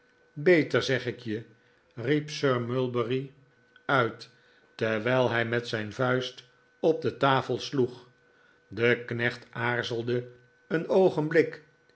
beter zeg ik je riep sir mulberry uit terwijl hij met zijn vuist op de tafel sloeg de knecht aarzelde een oogenblik